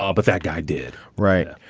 ah but that guy did. right. ah